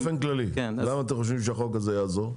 באופן כללי, למה אתם חושבים שהחוק הזה יעזור?